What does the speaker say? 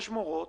יש מורים